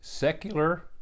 Secular